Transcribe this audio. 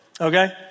Okay